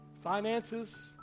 finances